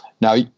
Now